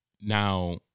now